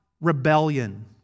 rebellion